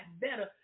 better